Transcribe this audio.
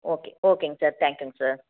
okay ஓகேங்க sir thank யூங்க sir